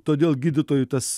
todėl gydytojų tas